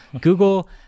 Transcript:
Google